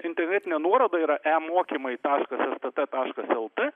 internetinė nuoroda yra e mokymai stt taškas el t